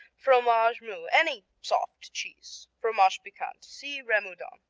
fromage mou any soft cheese. fromage piquant see remoudon.